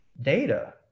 data